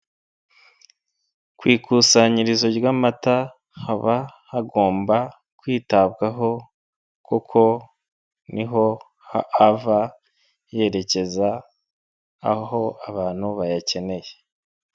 Ku ikusanyirizo ry'amata haba hagomba kwitabwaho kuko ni ho ava yerekeza aho abantu bayakeneye.